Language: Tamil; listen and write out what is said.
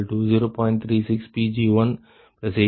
36 Pg1820